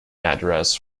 address